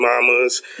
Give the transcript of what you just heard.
mamas